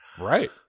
Right